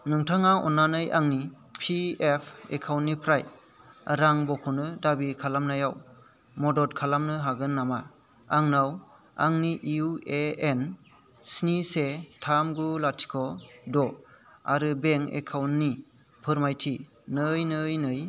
नोंथाङा अन्नानै आंनि पि एफ एकाउन्टनिफ्राय रां बख'नो दाबि खालामनायाव मदद खालामनो हागोन नामा आंनाव आंनि इउ ए एन स्नि से थाम गु लाथिख' द' आरो बेंक एकाउन्टनि फोरमायथि नै नै नै